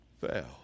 fail